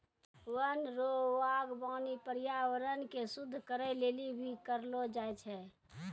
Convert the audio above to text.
वन रो वागबानी पर्यावरण के शुद्ध करै लेली भी करलो जाय छै